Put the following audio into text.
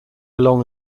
along